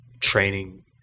training